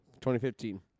2015